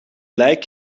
lijk